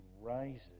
rises